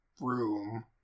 room